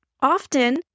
Often